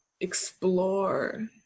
explore